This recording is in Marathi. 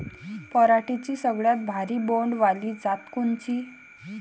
पराटीची सगळ्यात भारी बोंड वाली जात कोनची?